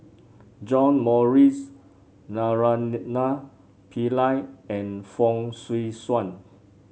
John Morrice Naraina Pillai and Fong Swee Suan